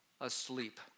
asleep